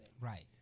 Right